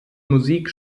musik